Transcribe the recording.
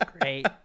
Great